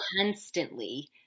constantly